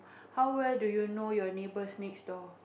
how well do you know your neighbours next door